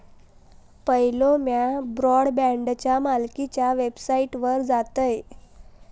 पयलो म्या ब्रॉडबँडच्या मालकीच्या वेबसाइटवर जातयं